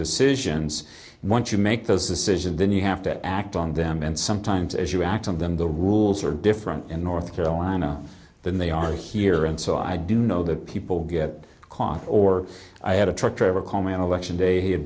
decisions and once you make those decisions then you have to act on them and sometimes as you act on them the rules are different in north carolina than they are here and so i do know that people get caught or i had a truck driver call me on election